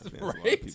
right